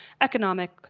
economic